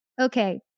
Okay